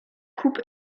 coupe